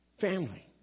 family